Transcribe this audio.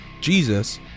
Jesus